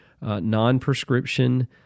non-prescription